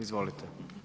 Izvolite.